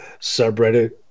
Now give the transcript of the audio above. subreddit